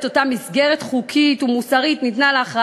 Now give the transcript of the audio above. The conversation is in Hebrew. נושא חשוב, שנעשה עליו משאל